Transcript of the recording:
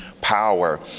power